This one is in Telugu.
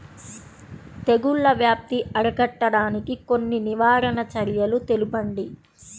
తెగుళ్ల వ్యాప్తి అరికట్టడానికి కొన్ని నివారణ చర్యలు తెలుపండి?